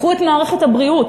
קחו את מערכות הבריאות,